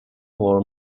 war